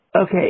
Okay